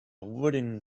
wooden